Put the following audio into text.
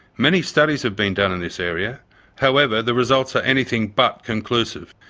many studies have been done in this area however, the results are anything but conclusive.